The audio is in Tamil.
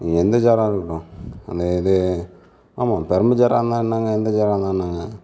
எந்த சேராக இருக்கட்டும் அந்த இது ஆமாம் பெரம்பு சேராக இருந்தால் என்னங்க எந்த சேராக இருந்தால் என்னங்க